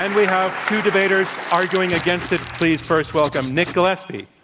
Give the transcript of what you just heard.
and we have two debaters arguing against it. please first welcome nick gillespie.